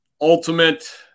ultimate